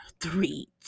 three